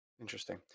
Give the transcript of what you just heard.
Interesting